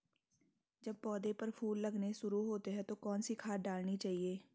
जब पौधें पर फूल लगने शुरू होते हैं तो कौन सी खाद डालनी चाहिए?